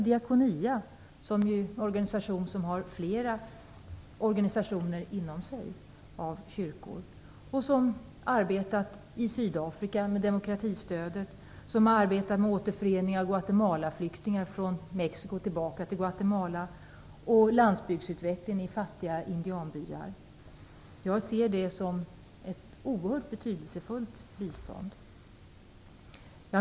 Diakonia är en organisation som har flera organisationer av kyrkor inom sig. Man har arbetat med demokratistödet i Sydafrika, med återförening av Guatemalaflyktingar när det gäller från Mexico och tillbaka till Guatemala och med landsbygdsutveckling i fattiga indianbyar. Jag ser det som ett oerhört betydelsefullt bistånd.